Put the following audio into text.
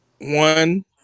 One